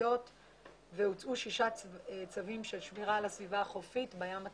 סביבתיות והוצאו שישה צווים של שמירה על הסביבה החופית בים התיכון.